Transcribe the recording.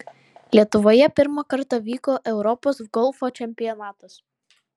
lietuvoje pirmą kartą vyko europos golfo čempionatas